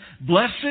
Blessed